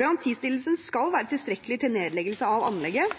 Garantistillelsen skal være tilstrekkelig til nedleggelse av anlegget